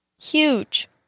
Huge